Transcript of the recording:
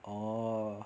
orh